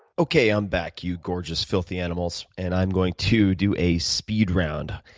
okay, i'm back you gorgeous filthy animals. and i'm going to do a speed round,